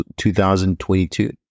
2022